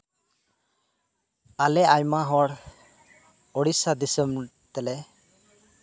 ᱟᱞᱮ ᱟᱭᱢᱟ ᱦᱚᱲ ᱩᱲᱤᱥᱥᱟ ᱫᱤᱥᱚᱢ ᱛᱮᱞᱮ